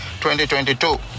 2022